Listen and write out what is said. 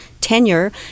tenure